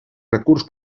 recurs